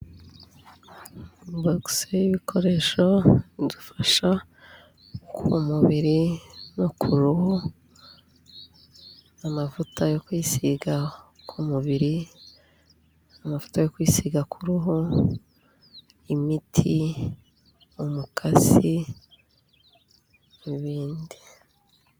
Box y'ibikoresho idufasha ku mubiri no ku huru, amavuta yo kwisiga ku mubiri, amavuta yo kwisiga ku ruhu, imiti, umukasi n'ibindi.